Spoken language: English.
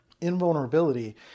invulnerability